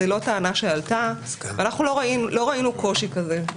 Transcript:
זו לא טענה שעלתה ואנחנו לא ראינו קושי כזה.